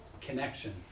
connection